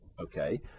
okay